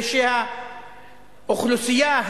ושהאוכלוסייה,